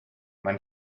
mein